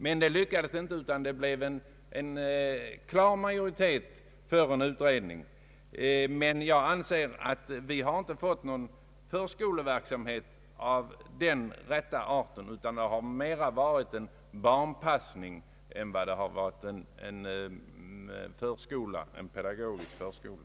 Det lyckades emellertid inte, utan det blev en klar majoritet för en utredning. Jag anser dock att vi inte har fått någon förskoleverksamhet av den rätta arten. Det har mer varit en barnpassning än en pedagogisk förskola.